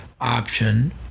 option